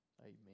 amen